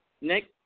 Nick